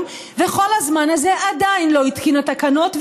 וכל הזמן הזה עדיין לא התקינה תקנות,